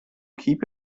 keep